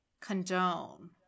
condone